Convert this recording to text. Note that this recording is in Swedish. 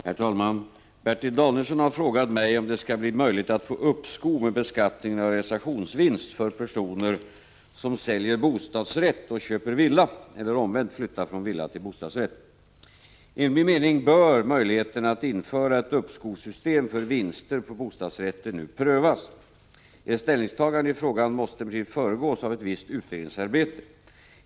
Herr talman! Bertil Danielsson har frågat mig om det skall bli möjligt att få uppskov med beskattningen av realisationsvinst för personer som säljer bostadsrätt och köper villa eller omvänt flyttar från villa till bostadsrätt. Enligt min mening bör möjligheterna att införa ett uppskovssystem för vinster på bostadsrätter nu prövas. Ett ställningstagande i frågan måste emellertid föregås av ett visst utredningsarbete.